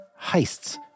heists